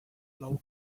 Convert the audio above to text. cloud